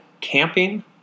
camping